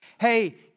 hey